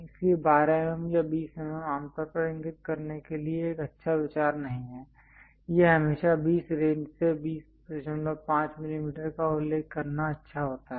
इसलिए 12 mm या 20 mm आमतौर पर इंगित करने के लिए एक अच्छा विचार नहीं है यह हमेशा 20 रेंज से 205 mm का उल्लेख करना अच्छा होता है